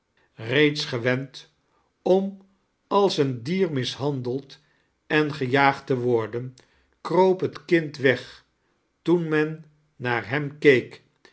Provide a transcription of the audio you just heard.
eeeds gewend om als een dier mishandeld en gejaagd te worden kroop het kind weg toen men naar hem